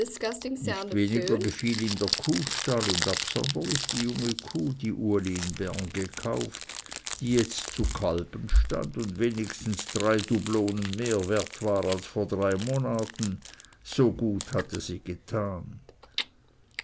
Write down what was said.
nicht weniger gefiel ihm der kuhstall und absonderlich die junge kuh die uli in bern gekauft die jetzt zu kalben stand und wenigstens drei dublonen mehr wert war als vor drei monaten so gut hatte sie getan